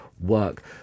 work